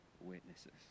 witnesses